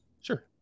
Sure